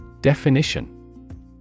DEFINITION